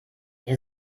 ihr